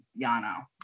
Yano